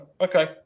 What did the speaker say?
okay